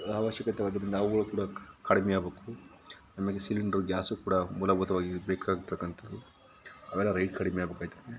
ಅವಶ್ಯಕತೆಯಾಗಿರೋದ್ರಿಂದ ಅವುಗಳು ಕೂಡ ಕಡಿಮೆ ಆಗಬೇಕು ಆಮೇಲೆ ಸಿಲಿಂಡ್ರು ಗ್ಯಾಸು ಕೂಡ ಮೂಲಭೂತವಾಗಿ ಬೇಕಾಗಿರತಕ್ಕಂಥದ್ದು ಅದರ ರೇಟ್ ಕಡಿಮೆ ಆಗಬೇಕಾಯ್ತದೆ